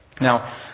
Now